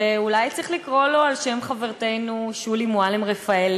ואולי צריך לקרוא לו על שם חברתנו שולי מועלם-רפאלי,